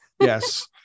Yes